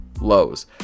lows